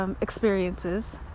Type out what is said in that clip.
experiences